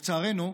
לצערנו,